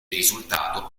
risultato